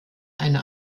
eine